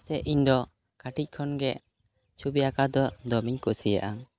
ᱪᱮᱫᱟᱜ ᱥᱮ ᱤᱧ ᱫᱚ ᱠᱟᱹᱴᱤᱡ ᱠᱷᱚᱱᱜᱮ ᱪᱷᱚᱵᱤ ᱟᱸᱠᱟᱣ ᱫᱚ ᱫᱚᱢᱮᱧ ᱠᱩᱥᱤᱭᱟᱜᱼᱟ